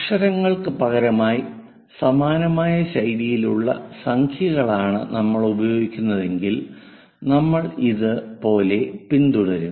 അക്ഷരങ്ങൾക്ക് പകരമായി സമാനമായ ശൈലിയിലുള്ള സംഖ്യകളാണ് നമ്മൾ ഉപയോഗിക്കുന്നതെങ്കിൽ നമ്മൾ ഇത് പോലെ പിന്തുടരും